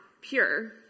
pure